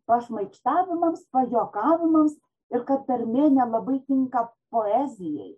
pašmaikštavimams pajuokavimams ir kad tarmė nelabai tinka poezijai